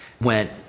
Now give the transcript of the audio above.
went